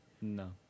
No